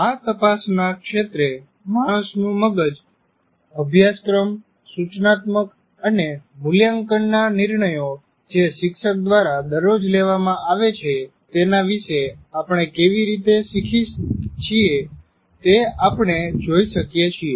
આ તપાસના ક્ષેત્રે માણસનું મગજ અભ્યાસક્રમ સૂચનાત્મક અને મૂલ્યાંકનના નિર્ણયો જે શીક્ષક દ્વારા દરરોજ લેવામાં આવે છે તેના વિશે આપણે કેવી રીતે શીખી છીએ તે આપણે જોઈ શકીએ છીએ